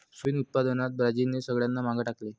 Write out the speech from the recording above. soybean उत्पादनात ब्राझीलने सगळ्यांना मागे टाकले